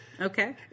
Okay